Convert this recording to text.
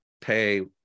pay